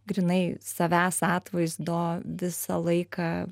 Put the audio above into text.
grynai savęs atvaizdo visą laiką